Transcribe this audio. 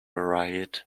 riot